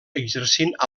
exercint